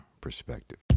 perspective